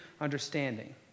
understanding